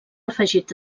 afegit